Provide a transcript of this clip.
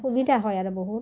সুবিধা হয় আৰু বহুত